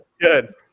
Good